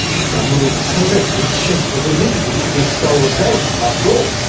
some will collect and check the validity of the stolen data after all,